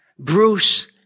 Bruce